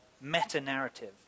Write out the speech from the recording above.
meta-narrative